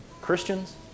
Christians